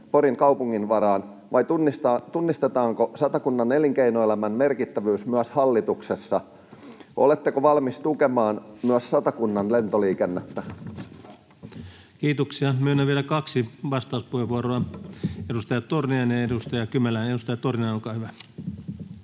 Porin kaupungin varaan vai tunnistetaanko Satakunnan elinkeinoelämän merkittävyys myös hallituksessa? Oletteko valmis tukemaan myös Satakunnan lentoliikennettä? Kiitoksia. — Myönnän vielä kaksi vastauspuheenvuoroa: edustaja Torniainen ja edustaja Kymäläinen. — Edustaja Torniainen, olkaa hyvä.